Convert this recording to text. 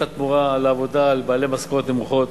התמורה על עבודה לבעלי משכורות נמוכות.